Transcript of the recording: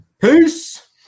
Peace